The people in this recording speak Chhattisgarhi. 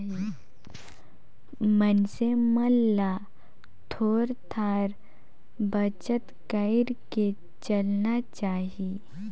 मइनसे मन ल थोर थार बचत कइर के चलना चाही